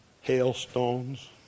hailstones